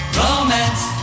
romance